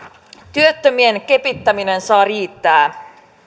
työttömien kepittäminen saa riittää